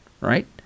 right